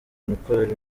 ukorera